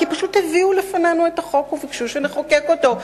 פשוט הביאו לפנינו את החוק וביקשו שנחוקק אותו.